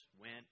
went